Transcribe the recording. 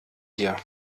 hier